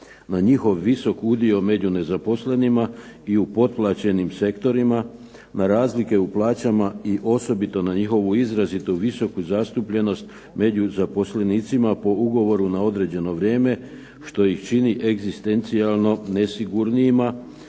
na njihov visok udio među nezaposlenima i u potplaćenim sektorima, na razlike u plaćama i osobito na njihovu izrazito visoku zastupljenost među zaposlenicima po ugovoru na određeno vrijeme, što ih čini egzistencijalno nesigurnijima